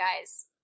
guys